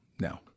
no